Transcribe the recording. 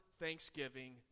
thanksgiving